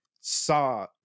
saw